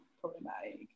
problematic